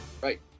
Right